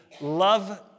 love